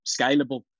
scalable